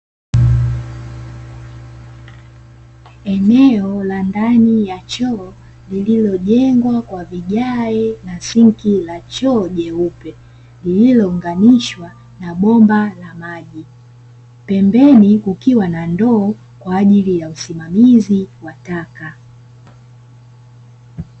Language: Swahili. Eneo la ndani ya choo lililojengwa kwa vigae na sinki la choo jeupe, lililo unganishwa na bomba la maji. Pembeni kukiwa na ndoo kwa ajili ya usimamizi wa taka.